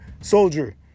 soldier